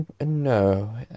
No